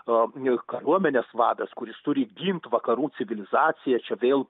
o m kariuomenės vadas kuris turi ginti vakarų civilizaciją čia vėl